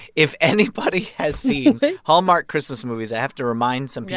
if anybody has seen hallmark christmas movies i have to remind some people.